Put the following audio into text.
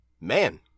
man